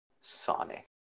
Sonic